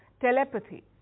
telepathy